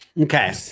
Okay